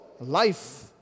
Life